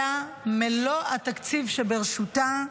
אלא מלוא התקציב שברשותה,